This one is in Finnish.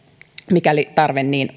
mikäli tarve niin